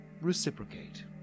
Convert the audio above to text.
reciprocate